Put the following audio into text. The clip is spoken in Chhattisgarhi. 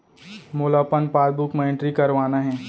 मोला अपन पासबुक म एंट्री करवाना हे?